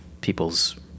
people's